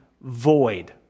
void